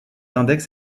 index